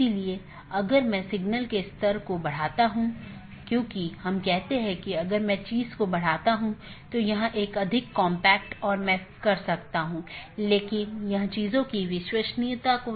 इसलिए एक path vector में मार्ग को स्थानांतरित किए गए डोमेन या कॉन्फ़िगरेशन के संदर्भ में व्यक्त किया जाता है